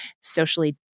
Socially